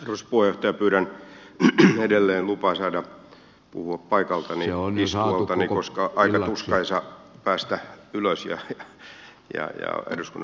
pyydän edelleen lupaa saada puhua paikaltani istualtani koska on aika tuskaisaa päästä ylös ja eduskunnan puhujapönttöön